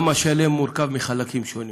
גם השלם מורכב מחלקים שונים,